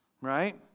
Right